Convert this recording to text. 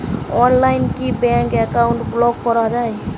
অনলাইনে কি bank account block করা য়ায়?